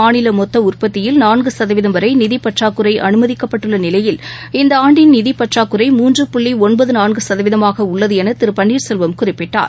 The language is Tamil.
மாநிலமொத்தஉற்பத்தியில் நான்குசதவீதம் வரைநிதிபற்றாக்குறைஅனுமதிக்கப்பட்டுள்ளநிலையில் இந்தஆண்டின் நிதிபற்றாக்குறை மூன்று புள்ளிஒன்பதுநான்குசதவீதமாகஉள்ளதுஎனதிருபன்னீர்செல்வம் குறிப்பிட்டார்